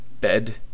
Bed